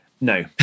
No